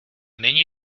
nyní